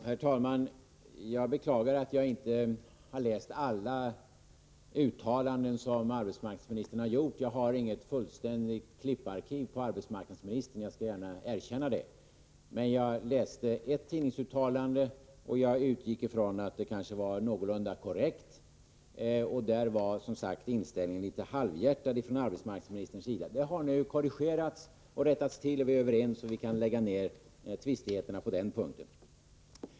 Herr talman! Jag beklagar att jag inte har läst alla uttalanden som arbetsmarknadsministern har gjort. Jag har inget fullständigt klipparkiv när det gäller arbetsmarknadsministern, det skall jag gärna erkänna. Jag läste emellertid ett tidningsuttalande, och jag utgick från att det var någorlunda korrekt. Där framstod, som sagt, arbetsmarknadsministerns inställning som litet halvhjärtad. Detta har nu rättats till. Vi är överens, och vi kan upphöra med tvistigheterna på den punkten.